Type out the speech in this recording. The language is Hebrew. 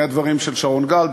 מהדברים של שרון גל,